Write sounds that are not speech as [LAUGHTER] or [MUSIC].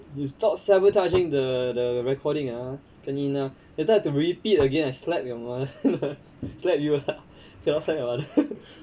you stop sabotaging the the recording ah ka ni na later have to repeat again I slap your mother [LAUGHS] slap you [LAUGHS] cannot slap your mother